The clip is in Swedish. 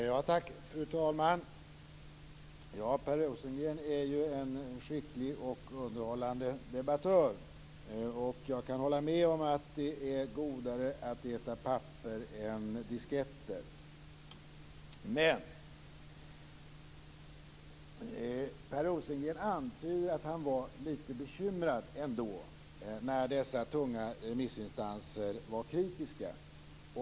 Fru talman! Per Rosengren är ju en skicklig och underhållande debattör, och jag kan hålla med om att det är godare att äta papper än disketter. Men Per Rosengren antyder att han ändå är lite bekymrad när dessa tunga remissinstanser är kritiska.